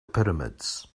pyramids